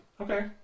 Okay